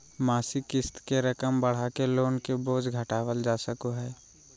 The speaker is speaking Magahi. मासिक क़िस्त के रकम बढ़ाके लोन के बोझ घटावल जा सको हय